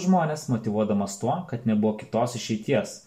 žmones motyvuodamas tuo kad nebuvo kitos išeities